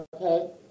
okay